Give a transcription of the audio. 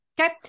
Okay